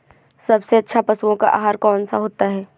सबसे अच्छा पशुओं का आहार कौन सा होता है?